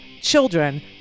children